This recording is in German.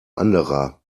anderer